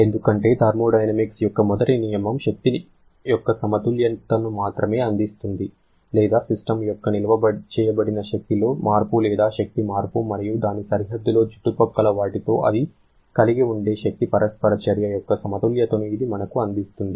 ఎందుకంటే థర్మోడైనమిక్స్ యొక్క మొదటి నియమం శక్తి యొక్క సమతుల్యతను మాత్రమే అందిస్తుంది లేదా సిస్టమ్ యొక్క నిల్వ చేయబడిన శక్తిలో మార్పు లేదా శక్తి మార్పు మరియు దాని సరిహద్దులో చుట్టుపక్కల వాటితో అది కలిగి ఉండే శక్తి పరస్పర చర్య యొక్క సమతుల్యతను ఇది మనకు అందిస్తుంది